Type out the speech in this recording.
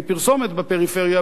כי פרסומות בפריפריה,